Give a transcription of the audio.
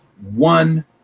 one